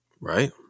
Right